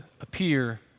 appear